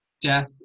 death